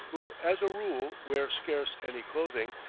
who as a rule wear scarce any clothing,